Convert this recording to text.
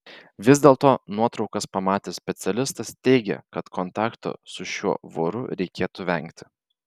vis dėlto nuotraukas pamatęs specialistas teigė kad kontakto su šiuo voru reikėtų vengti